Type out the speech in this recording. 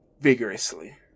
vigorously